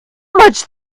much